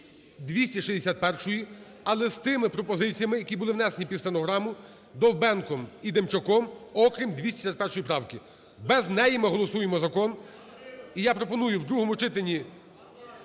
261, але з тими пропозиціями, які були внесені під стенограму Довбенком і Демчаком, окрім 261 правки, без неї ми голосуємо закон. І я пропоную в другому читанні